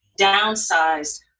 downsized